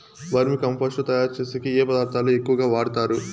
వర్మి compost తయారుచేసేకి ఏ పదార్థాలు ఎక్కువగా వాడుతారు